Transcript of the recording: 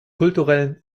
kulturellen